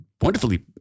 wonderfully